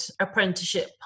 apprenticeship